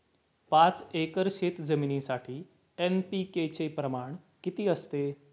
पाच एकर शेतजमिनीसाठी एन.पी.के चे प्रमाण किती असते?